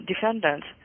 defendants